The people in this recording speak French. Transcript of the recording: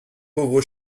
pauvre